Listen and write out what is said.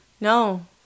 No